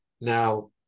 Now